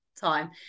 time